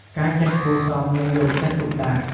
ការចេះគួរសមនិងយកចិត្តទុកដាក់។